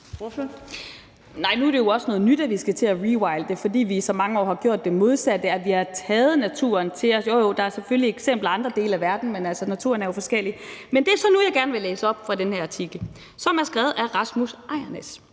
nu er det jo også noget nyt, at vi skal til at rewilde, fordi vi i så mange år har gjort det modsatte, nemlig at vi har taget naturen til os – jo jo, der er selvfølgelig eksempler i andre dele af verden, men naturen er jo altså forskellig. Men det er så nu, jeg gerne vil læse op fra den her artikel, som er skrevet af Rasmus Ejrnæs: